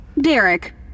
Derek